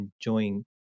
enjoying